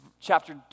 chapter